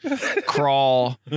Crawl